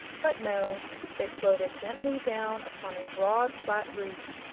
but no they floated gently down upon a broad, flat roof,